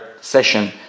session